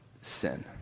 sin